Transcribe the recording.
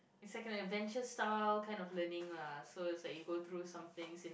it's like an adventure style kind of learning lah so it's like you go through something